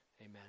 Amen